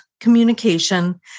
communication